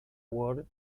world